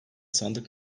sandık